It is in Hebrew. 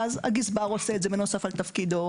ואז, הגזבר עושה את זה בנוסף על תפקידו.